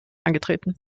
angetreten